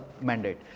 mandate